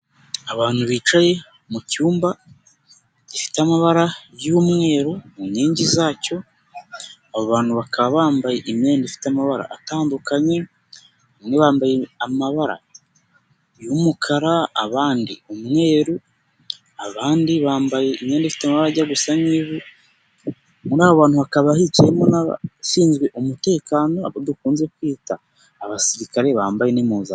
Abantu bicaye mu cyumba gifite amabara y'umweru mu nkingi zacyo, aba bantu bakaba bambaye imyenda ifite amabara atandukanye, bamwe bambaye amabara y'umukara abandi umweru, abandi bambaye imyenda ifite amabara ajya gusa n'ivu, muri abo bantu hakaba hicayemo n'abashinzwe umutekano, abo dukunze kwita abasirikare bambaye n'impuzankano.